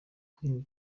queen